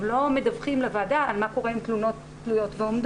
הם לא מדווחים לוועדה על מה קורה עם תלונות תלויות ועומדות.